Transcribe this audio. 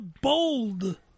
Bold